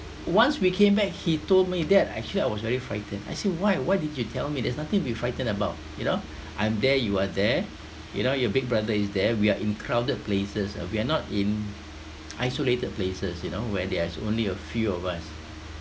once we came back he told me dad actually I was very frightened I say why why did you tell me there's nothing to be frightened about you know I'm there you are there you know your big brother is there we are in crowded places ah we are not in isolated places you know where there's only a few of us